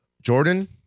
Jordan